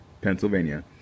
Pennsylvania